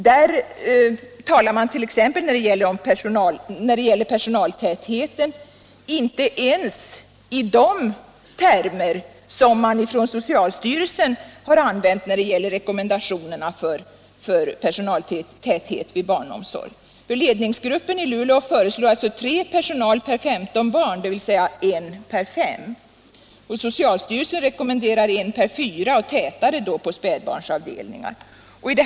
Där talar man t.ex. då det gäller personaltätheten inte ens i de termer som socialstyrelsen har använt i sina rekommendationer för personaltäthet vid barnomsorg. Ledningsgruppen i Luleå föreslår en personaltäthet av tre vårdare på femton barn, dvs. relationen en på fem, medan socialstyrelsen rekommenderar en på fyra och en större personaltäthet på spädbarnsavdelningar.